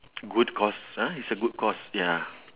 good cause ah it's a good cause ya